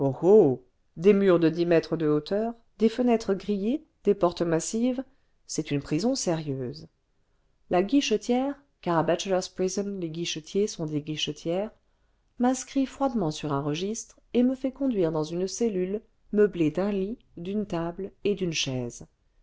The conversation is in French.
eles murs de dix mètres de hauteur des fenêtres grillées des portes massives c'est une prison sérieuse la guichetière car à bachelor's prison les guichetiers sont des guichetières m'inscrit froidcmient sur un registre et me fait conduire dans une cellule meublée d'un lit d'une table et d'une chaise